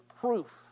proof